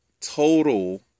total